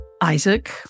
Isaac